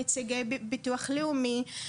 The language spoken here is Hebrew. נציגי ביטוח לאומי,